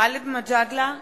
גאלב מג'אדלה,